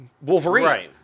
Wolverine